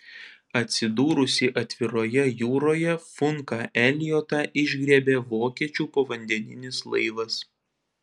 atsidūrusį atviroje jūroje funką eliotą išgriebė vokiečių povandeninis laivas